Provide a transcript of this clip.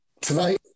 tonight